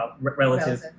Relative